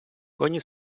коні